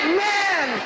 man